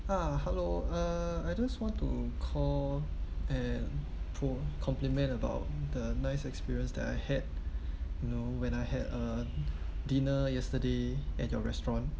ah hello uh I just want to call and pure compliment about the nice experience that I had you know when I had uh dinner yesterday at your restaurant